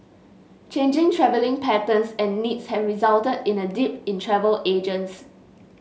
changing travelling patterns and needs have resulted in a dip in travel agents